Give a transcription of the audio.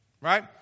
right